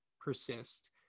persist